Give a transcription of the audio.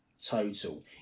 Total